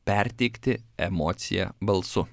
perteikti emociją balsu